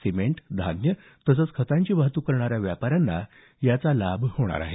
cement धान्य तसंच खतांची वाहतूक करणाऱ्या व्यापाऱ्यांना याचा लाभ होणार आहे